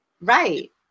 right